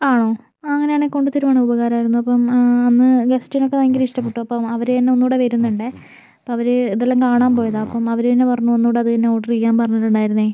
ആണോ ആ അങ്ങനെ ആണെ കൊണ്ടുതരുവാണേൽ ഉപകാരം ആയിരുന്നു അപ്പം ആ അന്ന് ഗസ്റ്റിന് ഒക്കെ ഭയങ്കരം ഇഷ്ടപ്പെട്ടു അപ്പം അവര് തന്നെ ഒന്നൂടെ വരുന്നുണ്ടേ അപ്പം അവര് ഇത് എല്ലാം കാണാൻ പോയതാ അപ്പം അവര് തന്നെ പറഞ്ഞു ഒന്നൂടെ അത് തന്നെ ഓർഡർ ചെയ്യാൻ പറഞ്ഞിട്ട് ഉണ്ടായിരുന്നെ